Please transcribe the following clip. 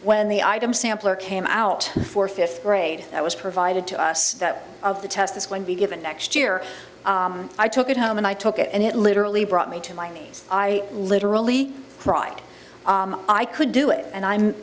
when the item sampler came out for fifth grade that was provided to us that of the test is going to be given next year i took it home and i took it and it literally brought me to my knees i literally cried i could do it and i'm